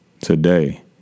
today